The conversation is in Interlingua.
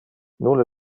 nulle